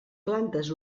plantes